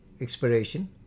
expiration